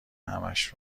همش